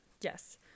Yes